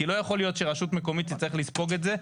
כי לא יכול להיות שרשות מקומית תצטרך לספוג את זה.